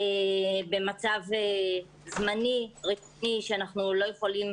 במצב זמני שאנחנו לא יכולים